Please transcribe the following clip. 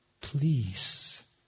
Please